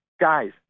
Guys